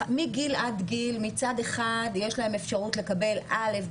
מגיל עד גיל מצד אחד יש להם אפשרות לקבל א',